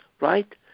right